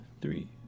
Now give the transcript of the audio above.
three